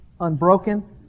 unbroken